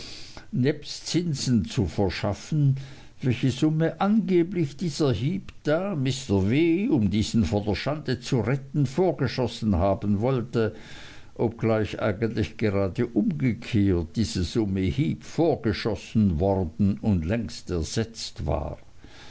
zinsen zu verschaffen welche summe angeblich dieser heep da mr w um diesen vor schande zu retten vorgeschossen haben wollte obgleich eigentlich gerade umgekehrt diese summe heep vorgeschossen worden und längst ersetzt war